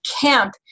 camp